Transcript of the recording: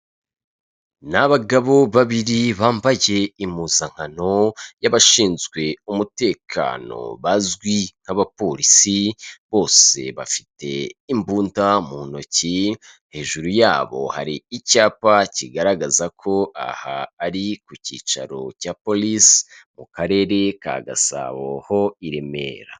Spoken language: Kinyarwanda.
Ni abagabo babiri bambaye impuzankano y'abashinzwe umutekano bazwi nk'abapolisi bose bafite imbunda mu ntoki, hejuru yabo hari icyapa kigaragaza ko aha ari ku cyicaro cya polisi mu karere ka Gasabo ho i Remera.